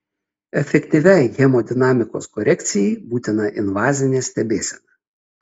efektyviai hemodinamikos korekcijai būtina invazinė stebėsena